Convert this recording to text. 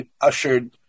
ushered